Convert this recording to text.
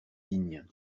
digne